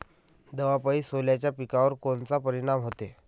दवापायी सोल्याच्या पिकावर कोनचा परिनाम व्हते?